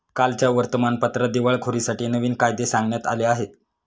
कालच्या वर्तमानपत्रात दिवाळखोरीसाठी नवीन कायदे सांगण्यात आले आहेत